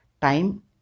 time